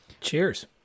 Cheers